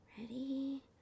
Ready